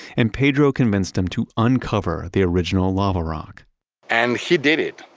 and pedro convinced him to uncover the original lava rock and he did it.